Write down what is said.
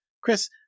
Chris